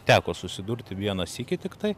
teko susidurti vieną sykį tiktai